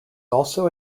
also